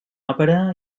òpera